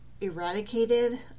eradicated